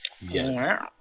Yes